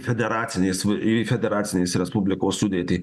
federacinės į federacinės respublikos sudėtį